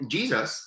Jesus